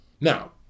Now